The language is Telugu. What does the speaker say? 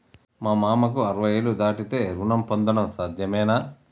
మా మామకు అరవై ఏళ్లు దాటితే రుణం పొందడం సాధ్యమేనా?